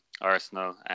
Arsenal